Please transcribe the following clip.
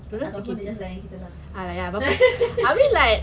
atau pun dia just layan kita lah